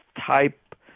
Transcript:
type